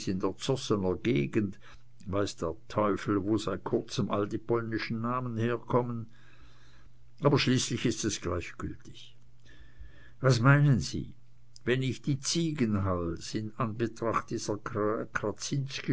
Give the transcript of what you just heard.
in der zossener gegend weiß der teufel wo seit kurzem all die polnischen namen herkommen aber schließlich ist es gleichgültig was meinen sie wenn ich die ziegenhals in anbetracht dieser